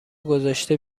گذاشته